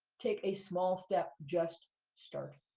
take a small step. just start.